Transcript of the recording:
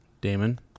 Damon